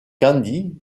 candy